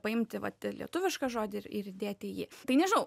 paimti vat ir lietuvišką žodį ir ir įdėt į jį tai nežinau